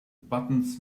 buttons